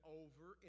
over